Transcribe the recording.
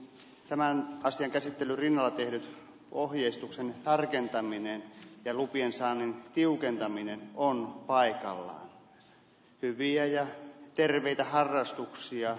tämän asian käsittely pinnaa tehnyt ohjeistuksen tarkentaminen ja lupien saannin tiukentaminen on koiralle hyviä ja terveitä harrastuksia